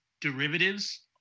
derivatives